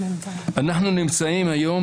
אנחנו נמצאים היום,